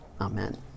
amen